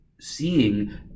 seeing